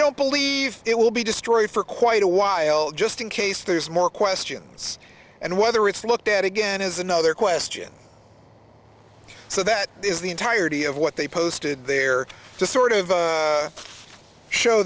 don't believe it will be destroyed for quite a while just in case there's more questions and whether it's looked at again is another question so that is the entirety of what they posted there to sort of show